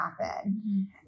happen